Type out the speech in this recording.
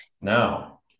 Now